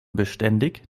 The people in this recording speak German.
beständig